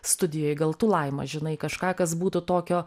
studijoj gal tu laima žinai kažką kas būtų tokio